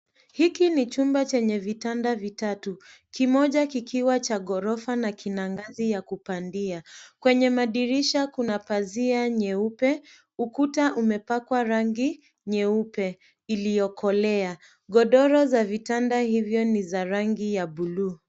Hiki ni chumba chenye vitanda vitatu ,kimoja kikiwa cha ghorofa na kuna ngazi ya kupandia. Kwenye madirisha kuna pazia nyeupe. Ukuta umepakwa rangi nyeupe iliyokolea. Godoro za vitanda hivyo ni za rangi ya buluu.